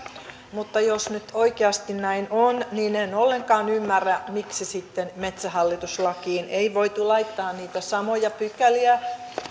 mutta jos nyt oikeasti näin on niin en ollenkaan ymmärrä miksi sitten metsähallitus lakiin ei voitu laittaa niitä samoja pykäliä